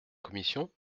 commission